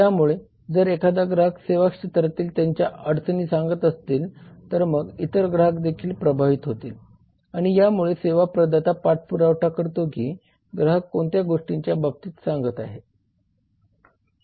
त्यामुळे जर एखादा ग्राहक सेवाक्षेत्रातील त्याच्या अडचणी सांगत असतील तर मग इतर ग्राहक देखील प्रभावित होतील आणि यामुळे सेवा प्रदाता पाठपुरावा करतो की ग्राहक कोणत्या गोष्टीच्या बाबतीत सांगत आहे